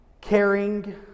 caring